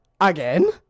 again